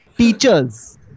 Teachers